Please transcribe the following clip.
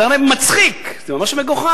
זה הרי מצחיק, זה ממש מגוחך.